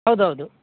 ಹೌದು ಹೌದು